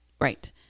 Right